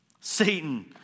Satan